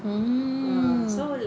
mm